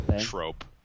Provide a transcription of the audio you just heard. trope